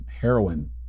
heroin